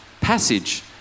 passage